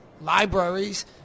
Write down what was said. libraries